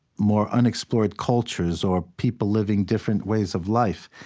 more unexplored cultures, or people living different ways of life.